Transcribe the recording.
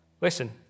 Listen